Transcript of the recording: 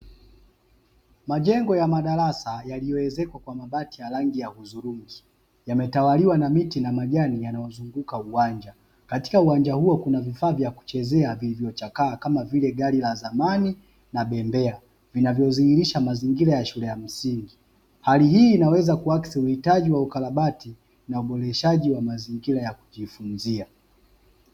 Majengo ya madarasa yaliyoezekwa kwa mabati ya rangi ya udhurungi yametawaliwa na miti na majani yanayozunguka uwanja, katika uwanja huo kuna vifaa vya kuchezea vilivyochakaa kama vile gari la zamani na bembea, vinavyodhihirisha mazingira ya shule ya msingi, hali hii inaweza kuaksi uhitaji wa ukarabati na uboreshaji wa mazingira ya kujifunzia.